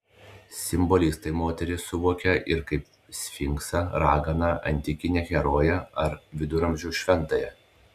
simbolistai moterį suvokė ir kaip sfinksą raganą antikinę heroję ar viduramžių šventąją